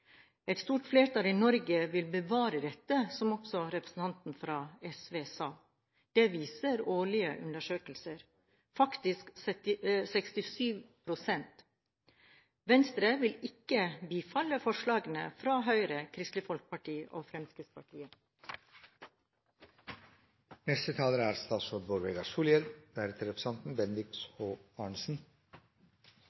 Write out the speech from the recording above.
Et stort flertall i Norge, faktisk 67 pst., vil bevare dette – som også representanten fra SV sa. Det viser årlige undersøkelser. Venstre vil ikke bifalle forslagene fra Høyre, Kristelig Folkeparti og Fremskrittspartiet. Spørsmålet om fornøyelseskøyring i utmark er